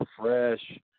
fresh